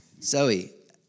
Zoe